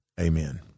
Amen